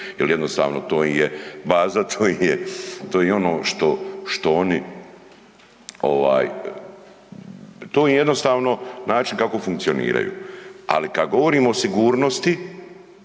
jel jednostavno to im je baza, to im je, to im je ono što, što oni ovaj, to je jednostavno način kako funkcioniraju. Ali kad govorimo o sigurnosti